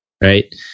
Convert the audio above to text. Right